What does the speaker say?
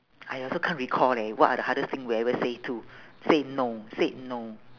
I also can't recall leh what are the hardest thing we ever say to said no said no